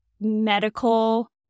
medical